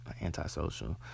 Antisocial